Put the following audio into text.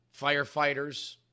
firefighters